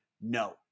no